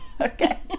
Okay